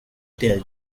their